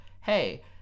hey